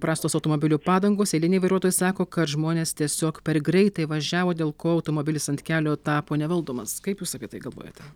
prastos automobilių padangos eiliniai vairuotojai sako kad žmonės tiesiog per greitai važiavo dėl ko automobilis ant kelio tapo nevaldomas kaip jūs apie tai galvojate